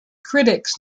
critics